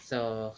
so